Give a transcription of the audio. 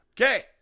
Okay